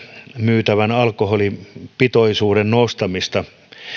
myytävän juoman alkoholipitoisuus nostetaan